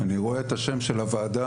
אני רואה את השם של הוועדה,